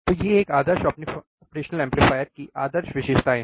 तो ये एक आदर्श ऑपरेशनल एम्पलीफायर की आदर्श विशेषताएँ हैं